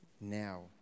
now